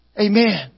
Amen